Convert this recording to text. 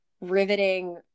riveting